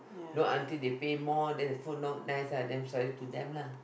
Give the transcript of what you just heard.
not until they pay more then the food not nice ah then sorry to them lah